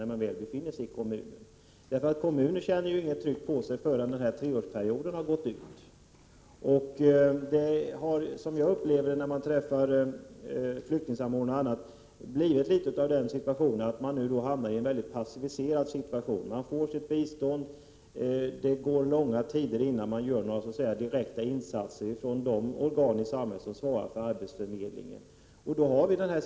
Kommunen känner sig inte pressad att göra någonting förrän treårsperioden har gått till ända. Jag upplever när jag träffar flyktingsamordnaren och andra berörda att situationen för närvarande är mycket passiviserande. Kommunen får sitt bidrag, och det förflyter långa tider innan samhällets arbetsförmedlingsorgan gör några direkta insatser.